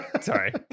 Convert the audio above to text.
Sorry